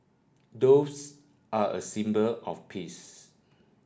doves are a symbol of peace